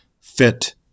fit